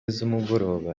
z’umugoroba